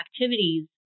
activities